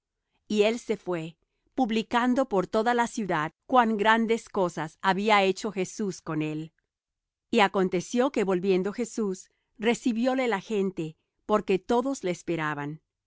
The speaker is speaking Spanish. y él se fué publicando por toda la ciudad cuán grandes cosas habiá hecho jesús con él y aconteció que volviendo jesús recibióle la gente porque todos le esperaban